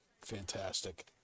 fantastic